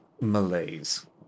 malaise